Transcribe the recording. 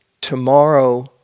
tomorrow